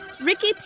Ricky